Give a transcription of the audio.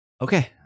Okay